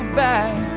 back